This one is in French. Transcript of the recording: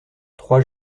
trois